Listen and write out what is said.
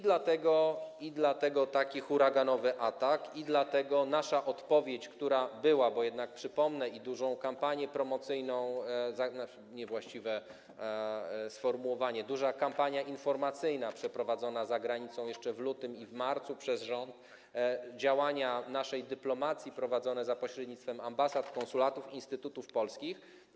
dlatego taki huraganowy atak, i dlatego nasza odpowiedź, która jednak była, bo przypomnę i dużą kampanię promocyjną - niewłaściwe sformułowanie - dużą kampanię informacyjną przeprowadzoną za granicą jeszcze w lutym i w marcu przez rząd, i działania naszej dyplomacji prowadzone za pośrednictwem ambasad, konsulatów, instytutów polskich.